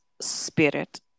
spirit